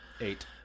Eight